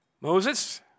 Moses